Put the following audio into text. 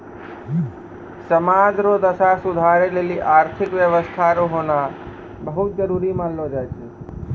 समाज रो दशा सुधारै लेली आर्थिक व्यवस्था रो होना बहुत जरूरी मानलौ जाय छै